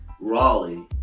Raleigh